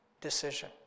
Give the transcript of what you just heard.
decision